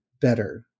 better